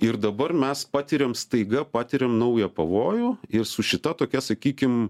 ir dabar mes patiriam staiga patiriam naują pavojų ir su šita tokia sakykim